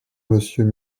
monsieur